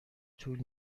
طول